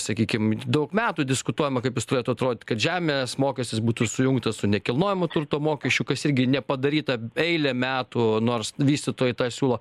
sakykim daug metų diskutuojama kaip jis turėtų atrodyt kad žemės mokestis būtų sujungtas su nekilnojamo turto mokesčiu kas irgi nepadaryta eilę metų nors vystytojai tą siūlo